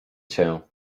cię